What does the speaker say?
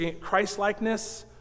Christ-likeness